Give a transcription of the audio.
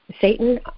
Satan